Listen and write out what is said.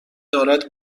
دارد